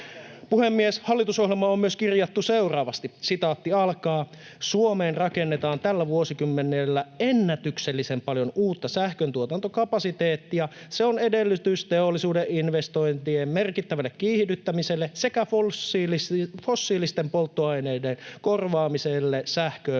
Puhemies! Hallitusohjelmaan on myös kirjattu seuraavasti: ”Suomeen rakennetaan tällä vuosikymmenellä ennätyksellisen paljon uutta sähköntuotantokapasiteettia. Se on edellytys teollisuuden investointien merkittävälle kiihdyttämiselle sekä fossiilisten polttoaineiden korvaamiselle sähköön